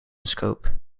scope